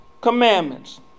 commandments